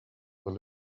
full